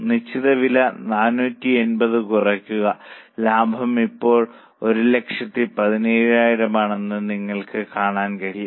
നിശ്ചിത വില 480 കുറയ്ക്കുക ലാഭം ഇപ്പോൾ 117000 ആണെന്ന് നിങ്ങൾക്ക് കാണാൻ കഴിയും